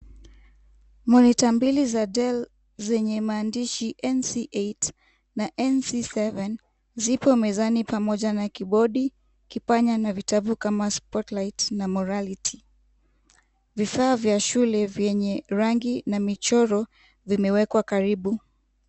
Monitor mbili za Del zenye maandishi ya NC8 na NC7, ziko mezani pamoja ma kibodi, kipanya na vitabu kama Sport Light na Morality. Vifaa vya shule vyenye rangi na michoro vimewekwa karibu.